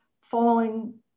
falling